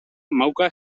mauka